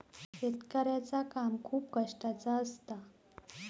शेतकऱ्याचा काम खूप कष्टाचा असता